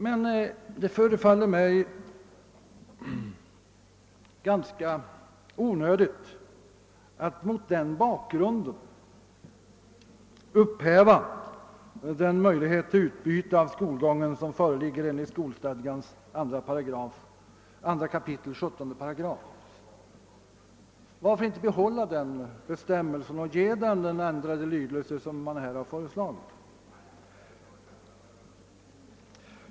Men det förefaller mig ganska onödigt att mot den bakgrunden upphäva den möjlighet till utbyte av skolgången som föreligger enligt skolstadgans 2 kap. 17 8. Varför inte behålla bestämmelsen och ge densamma den ändrade lydelse som här har föreslagits?